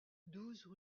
douze